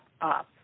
up